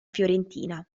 fiorentina